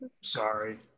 Sorry